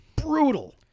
brutal